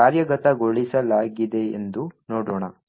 ಕಾರ್ಯಗತಗೊಳಿಸಲಾಗಿದೆಯೆಂದು ನೋಡೋಣ